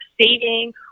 saving